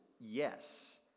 yes